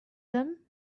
them